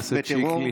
חבר הכנסת שיקלי.